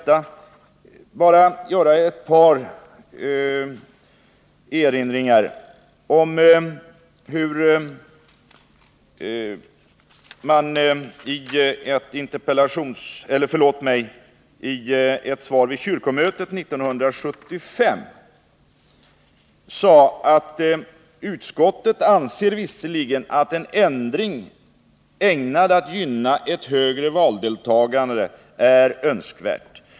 Vid kyrkomötet 1975 uttalade kyrkolagsutskottet följande med anledning av en motion i frågan: ”Utskottet anser visserligen att en ändring ägnad att gynna ett högre valdeltagande är önskvärd.